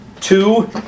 two